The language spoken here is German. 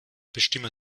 bestimme